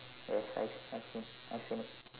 ya I I see I see